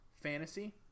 fantasy